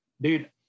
dude